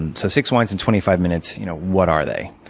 and so six wines in twenty-five minutes, you know what are they?